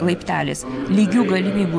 laiptelis lygių galimybių